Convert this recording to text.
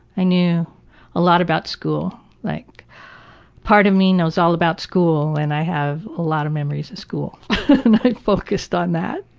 i knew a lot about school. like part of me knows all about school. and i have a lot of memories about school. i focused on that.